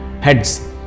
heads